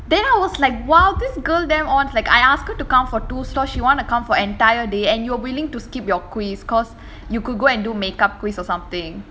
then I was like !wow! this girl damn ons like I asked her to come for two slots she want to come for entire day and you're willing to skip your quiz because you could go and do make up quiz or something